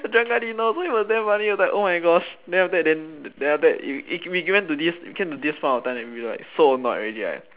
the other guy didn't know so it was damn funny like oh my gosh then after then then then after that it we went to this it came to this point of time where we were like so annoyed already right